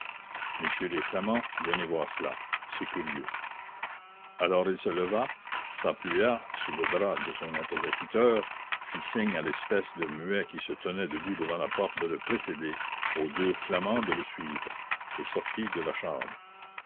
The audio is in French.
messieurs les flamands venez voir cela c'est curieux alors il se leva s'appuya sur le bras de son interlocuteur fit signe à l'espèce de muet qui se tenait debout devant la porte de le précéder aux deux flamands de le suivre et sortit de la chambre